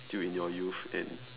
still in your youth and